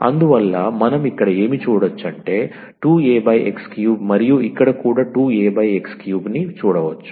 అందువల్ల మనం ఇక్కడ ఏమి చూడొచ్చంటే2Ax3 మరియు ఇక్కడ కూడా2Ax3 ని చూడవచ్చు